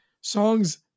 songs